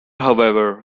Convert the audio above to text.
however